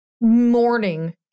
morning